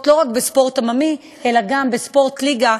לא רק בספורט עממי אלא גם בספורט ליגה,